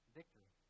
victory